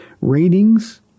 Ratings